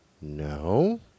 no